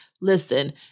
listen